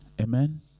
Amen